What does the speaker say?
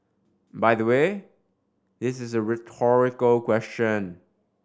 by the way this is a rhetorical question